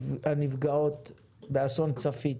הנפגעים באסון נחל צפית,